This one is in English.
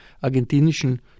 argentinischen